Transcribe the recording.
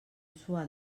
suat